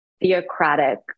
theocratic